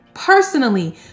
personally